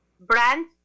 brand